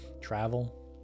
Travel